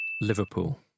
Liverpool